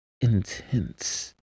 intense